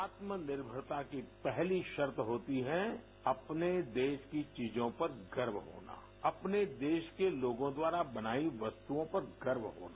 आत्मनिर्भरता की पहली शर्त होती है अपने देश की चीजों पर गर्व होना अपने देश के लोगों द्वारा बनाई वस्तुओं पर गर्व होना